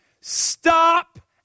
stop